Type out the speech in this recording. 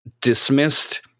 dismissed